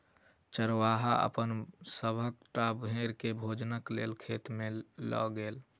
चरवाहा अपन सभटा भेड़ के भोजनक लेल खेत में लअ गेल